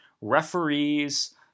referees